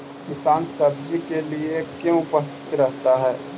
किसान सब्जी के लिए क्यों उपस्थित रहता है?